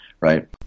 right